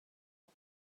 duh